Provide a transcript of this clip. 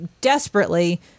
desperately